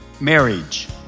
Marriage